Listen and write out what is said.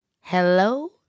Hello